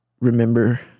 remember